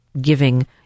Giving